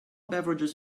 beverages